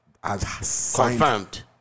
confirmed